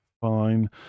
Fine